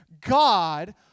God